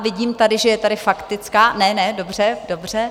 Vidím tady, že je tady faktická ne, ne, dobře.